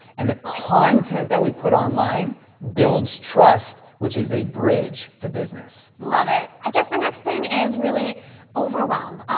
and the content that we put online builds trust, which is a bridge to business. i love it! i guess the next thing is really overwhelm.